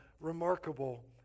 remarkable